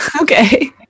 okay